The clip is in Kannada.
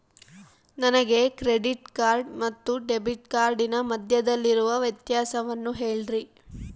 ನನಗೆ ಕ್ರೆಡಿಟ್ ಕಾರ್ಡ್ ಮತ್ತು ಡೆಬಿಟ್ ಕಾರ್ಡಿನ ಮಧ್ಯದಲ್ಲಿರುವ ವ್ಯತ್ಯಾಸವನ್ನು ಹೇಳ್ರಿ?